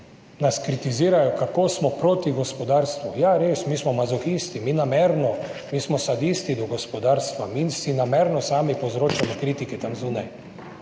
nas kritizirajo, kako smo proti gospodarstvu. Ja, res, mi smo mazohisti, mi namerno, mi smo sadisti do gospodarstva, mi si namerno sami povzročamo kritike tam zunaj.